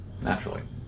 naturally